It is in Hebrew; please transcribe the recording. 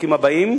בחוקים הבאים,